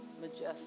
majestic